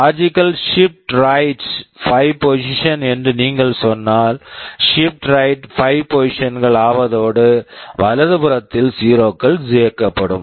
logical shift right logical shift right 5 positions positions என்று நீங்கள் சொன்னால் shift right shift right 5 positions positions கள் ஆவதோடு வலதுபுறத்தில் 0 க்கள் சேர்க்கப்படும்